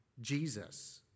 Jesus